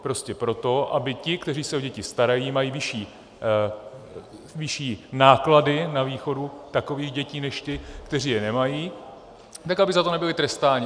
Prostě proto, aby ti, kteří se o děti starají, mají vyšší náklady na výchovu takových dětí než ti, kteří je nemají, tak aby za to nebyli trestáni.